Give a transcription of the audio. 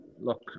look